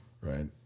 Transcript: Right